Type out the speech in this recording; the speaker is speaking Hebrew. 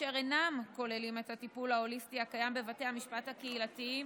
אשר אינם כוללים את הטיפול ההוליסטי הקיים בבתי המשפט הקהילתיים,